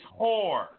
whore